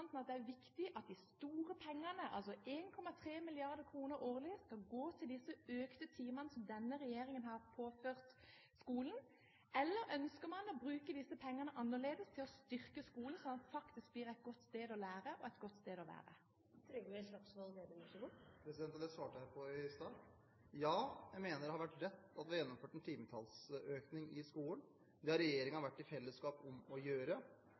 at det er viktig at de store pengene, altså 1,3 mrd. kr årlig, skal gå til disse økte antall timer som denne regjeringen har påført skolen? Eller ønsker man å bruke disse pengene annerledes, til å styrke skolen sånn at det faktisk blir et godt sted å lære og et godt sted å være? Det svarte jeg på i stad. Ja, jeg mener det har vært rett at vi har gjennomført en timetallsøkning i skolen. Det har regjeringen gjort i fellesskap.